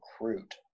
recruit